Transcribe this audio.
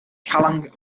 kallang